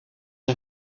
een